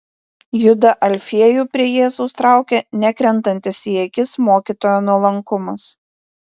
judą alfiejų prie jėzaus traukė nekrentantis į akis mokytojo nuolankumas